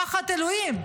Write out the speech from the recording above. פחד אלוהים.